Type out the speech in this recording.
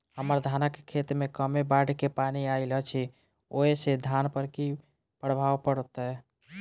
हम्मर धानक खेत मे कमे बाढ़ केँ पानि आइल अछि, ओय सँ धान पर की प्रभाव पड़तै?